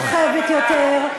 המורחבת יותר.